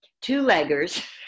two-leggers